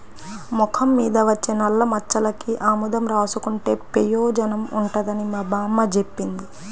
మొఖం మీద వచ్చే నల్లమచ్చలకి ఆముదం రాసుకుంటే పెయోజనం ఉంటదని మా బామ్మ జెప్పింది